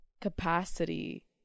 capacity